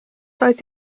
doedd